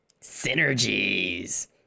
synergies